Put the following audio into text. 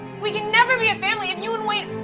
we can never be a family if you would wait,